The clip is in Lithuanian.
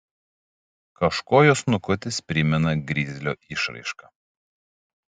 kažkuo jo snukutis primena grizlio išraišką